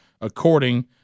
according